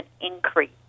increase